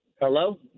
Hello